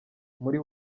muri